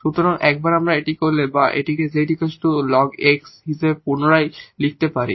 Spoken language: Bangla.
সুতরাং একবার আমরা এটি করলে বা আমরা এটিকে 𝑧 ln 𝑥হিসাবে পুনরায় লিখতে পারি